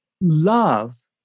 love